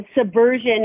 subversion